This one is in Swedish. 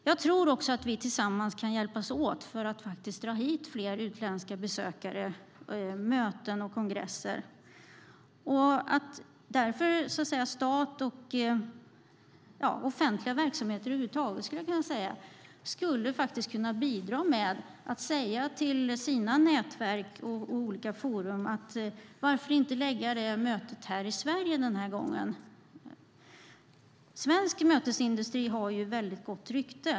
Jag tror också att vi tillsammans kan hjälpas åt för att dra hit fler utländska besökare till möten och kongresser. Offentliga verksamheter över huvud taget skulle faktiskt kunna bidra genom att säga till sina nätverk och olika forum att möten kan ske i Sverige. Svensk mötesindustri har ett mycket gott rykte.